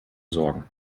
sorgen